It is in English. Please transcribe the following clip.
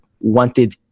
wanted